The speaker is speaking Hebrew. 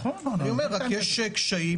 אני אומר רק שיש קשיים,